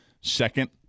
second